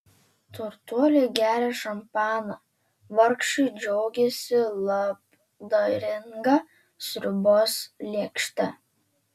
turtuoliai geria šampaną vargšai džiaugiasi labdaringa sriubos lėkšte